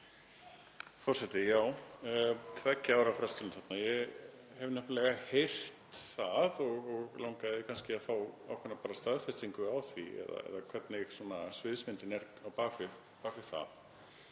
Forseti. Já, tveggja ára fresturinn. Ég hef nefnilega heyrt það og langaði kannski að fá ákveðna staðfestingu á því hvernig sviðsmyndin er á bak við það,